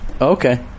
Okay